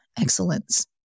excellence